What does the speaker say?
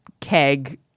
keg